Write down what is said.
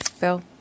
Bill